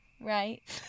right